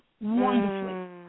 wonderfully